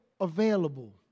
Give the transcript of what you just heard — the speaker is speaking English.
available